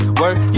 work